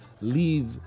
leave